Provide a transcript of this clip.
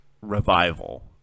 revival